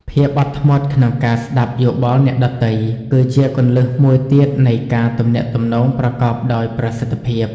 ភាពអត់ធ្មត់ក្នុងការស្ដាប់យោបល់អ្នកដទៃ គឺជាគន្លឹះមួយទៀតនៃការទំនាក់ទំនងប្រកបដោយប្រសិទ្ធភាព។